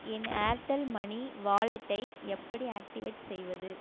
என் Airtel money வாலெட்டை எப்படி activate செய்வது